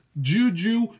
Juju